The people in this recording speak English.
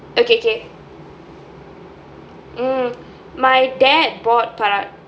okay okay mm my dad bought